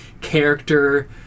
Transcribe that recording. character